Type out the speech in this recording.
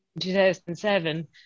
2007